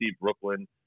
Brooklyn